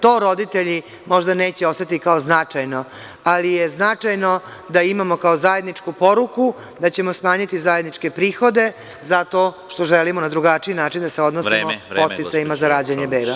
To roditelji možda neće osetiti kao značajno, ali je značajno da imamo kao zajedničku poruku, da ćemo smanjiti zajedničke prihode zato što želimo na drugačiji način da se odnosimo prema podsticajima za rađanje beba.